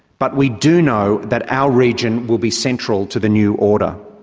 but we do know that our region will be central to the new order.